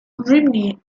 rhymney